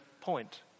point